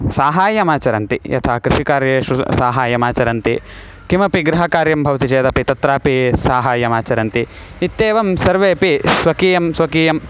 सहायमाचरन्ति यथा कृषिकार्येषु स् साहाय्यमाचरन्ति किमपि गृहकार्यं भवति चेत् तत्रापि सहायमाचरन्ति इत्येवं सर्वेऽपि स्वकीयं स्वकीयं